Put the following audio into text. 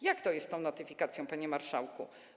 Jak to jest z tą notyfikacją, pani marszałek?